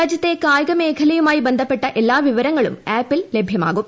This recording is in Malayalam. രാജ്യത്തെ കായികമേഖലയുമായി ബന്ധപ്പെട്ട എല്ലാ വിവരങ്ങളും ആപ്പിൽ ലഭ്യമാകും